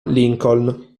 lincoln